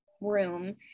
room